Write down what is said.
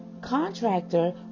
contractor